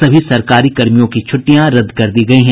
सभी सरकारी कर्मियों की छूटिटयां रदद कर दी गयी हैं